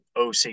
oc